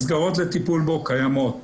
מסגרות לטיפול בו קיימות,